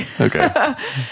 Okay